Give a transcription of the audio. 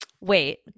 Wait